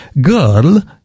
Girl